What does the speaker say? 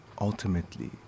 ultimately